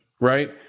Right